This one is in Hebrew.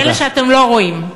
אלה שאתם לא רואים.